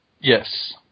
Yes